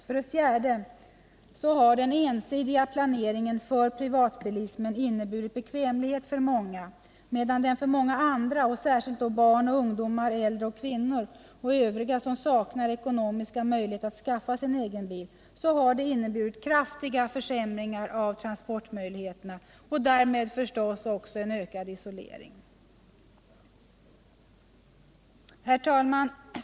För det fjärde har den ensidiga planeringen för privatbilismen inneburit bekvämlighet för många, medan den för många andra, särskilt barn, ungdomar, äldre och kvinnor och övriga som saknar ekonomiska möjligheter att skaffa sig en egen bil, har inneburit kraftiga försämringar av transportmöjligheterna och därmed en ökad isolering. Herr talman!